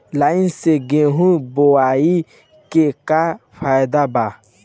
Line से गेहूं बोआई के का फायदा बा?